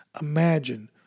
Imagine